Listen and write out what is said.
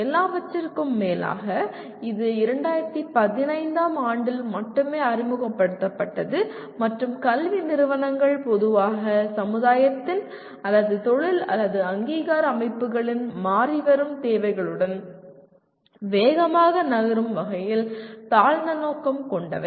எல்லாவற்றிற்கும் மேலாக இது 2015 ஆம் ஆண்டில் மட்டுமே அறிமுகப்படுத்தப்பட்டது மற்றும் கல்வி நிறுவனங்கள் பொதுவாக சமுதாயத்தின் அல்லது தொழில் அல்லது அங்கீகார அமைப்புகளின் மாறிவரும் தேவைகளுடன் வேகமாக நகரும் வகையில் தாழ்ந்த நோக்கம் கொண்டவை